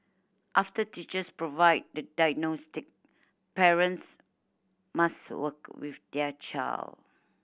after teachers provide the diagnostic parents must work with their child